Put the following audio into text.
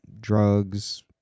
drugs